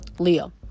leo